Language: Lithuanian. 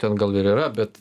ten gal ir yra bet